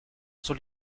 sur